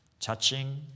touching